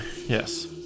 Yes